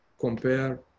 compare